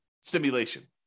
simulation